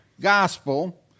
gospel